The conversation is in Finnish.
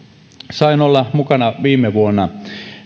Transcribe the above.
sain olla viime vuonna mukana seuraamassa